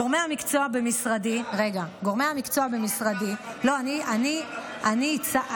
גורמי המקצוע במשרדי, זה לא מפגע סביבתי,